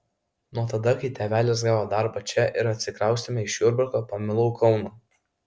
nuo tada kai tėvelis gavo darbą čia ir atsikraustėme iš jurbarko pamilau kauną